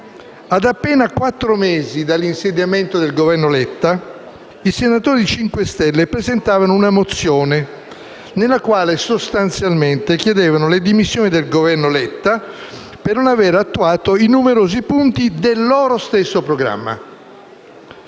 ad appena quattro mesi dall'insediamento del Governo Letta i senatori del Gruppo Movimento 5 Stelle presentarono una mozione nella quale sostanzialmente chiedevano le dimissioni del Governo Letta per non aver attuato i numerosi punti del loro stesso programma.